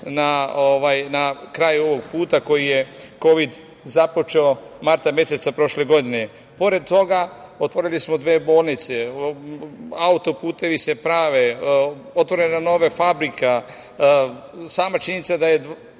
na kraju ovog puta koji je Kovid započeo marta meseca prošle godine. Pored toga otvorili smo dve bolnice. Auto-putevi se prave, otvaraju nam nove fabrike. Sama činjenica, kako je